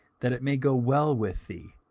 that it may go well with thee,